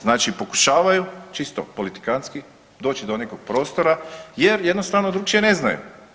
Znači pokušavaju čisto politikantski doći do nekog prostora jer jednostavno drugačije ne znaju.